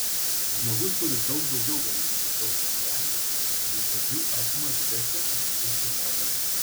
žmogus turi daug daugiau galimybių džiaugtis gyvenimu nei kad jų atima didesnė ar mažesnė negalia